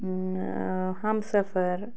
ہَمسفر